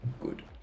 good